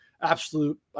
absolute